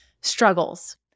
struggles